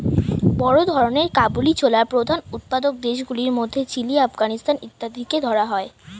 বড় ধরনের কাবুলি ছোলার প্রধান উৎপাদক দেশগুলির মধ্যে চিলি, আফগানিস্তান ইত্যাদিকে ধরা হয়